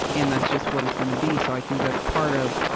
and that's just what it's gonna be, so i think that's part of,